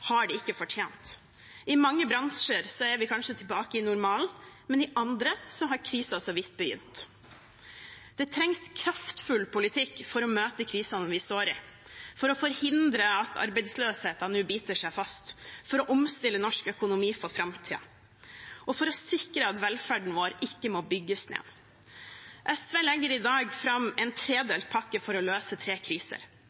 mange bransjer er vi kanskje tilbake til normalen, men i andre har krisen så vidt begynt. Det trengs kraftfull politikk for å møte krisene vi står i, for å forhindre at arbeidsløsheten nå biter seg fast, for å omstille norsk økonomi for framtiden og for å sikre at velferden vår ikke må bygges ned. SV legger i dag fram en